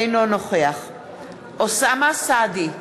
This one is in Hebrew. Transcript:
אינו נוכח אוסאמה סעדי,